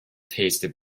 tasty